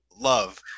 love